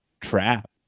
trap